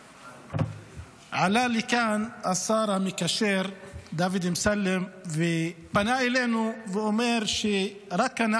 עלה לכאן השר המקשר דוד אמסלם ופנה אלינו ואמר שרק הם